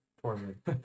Torment